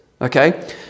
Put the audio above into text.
okay